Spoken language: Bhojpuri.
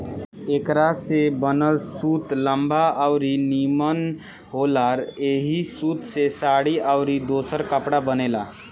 एकरा से बनल सूत लंबा अउरी निमन होला ऐही सूत से साड़ी अउरी दोसर कपड़ा बनेला